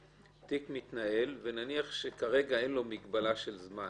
תיק מתנהל, ונניח שכרגע אין לו מגבלה של זמן